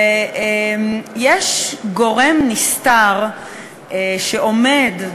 יש גורם נסתר שעומד,